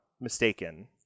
mistaken